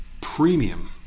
premium